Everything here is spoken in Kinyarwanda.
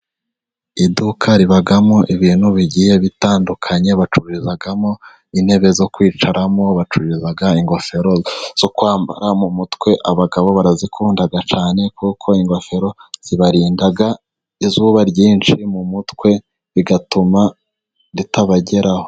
Iduka ribamo ibintu bigiye bitandukanye, bacururizamo intebe zo kwicaramo, bacururiza ingofero zo kwambara mu mutwe. Abagabo barazikunda cyane, kuko ingofero zibarinda izuba ryinshi mu mutwe, bigatuma ritabageraho.